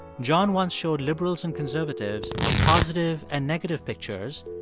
john once showed liberals and conservatives positive and negative pictures,